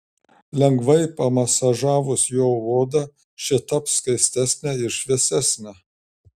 lengvai pamasažavus juo odą ši taps skaistesnė ir šviesesnė